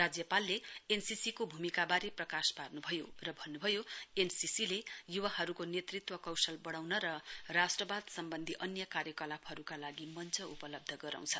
राज्यपालले एनसीसी को भूमिकावारे प्रकाश पार्नुभयो र भन्नुभयो एनसीसी ले युवाहरुलाई नेतृत्व कौशल पढ़ाउन र राष्ट्रवाद सम्वन्धी अन्य कार्यकलापहरुका लागि मञ्च उपलव्ध गराउँछ